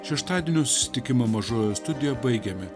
šeštadienio susitikimą mažojoje studijoje baigiame